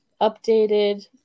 updated